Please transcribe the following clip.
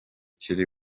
kiri